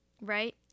right